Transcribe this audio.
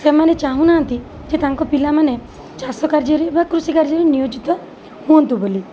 ସେମାନେ ଚାହୁଁନାହାଁନ୍ତି ଯେ ତାଙ୍କ ପିଲାମାନେ ଚାଷକାର୍ଯ୍ୟରେ ବା କୃଷିକାର୍ଯ୍ୟରେ ନିୟୋଜିତ ହୁଅନ୍ତୁ ବୋଲି